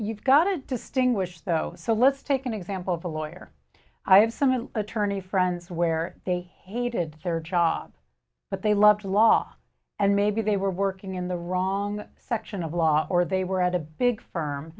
you've got to distinguish though so let's take an example of a lawyer i had some an attorney friends where they hated their job but they loved law and maybe they were working in the wrong section of law or they were at a big firm